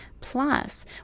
Plus